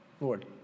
Lord